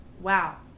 wow